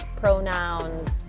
pronouns